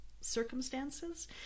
circumstances